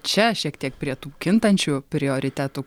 čia šiek tiek prie tų kintančių prioritetų